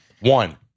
One